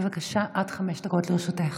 בבקשה, עד חמש דקות לרשותך.